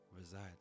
resides